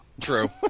True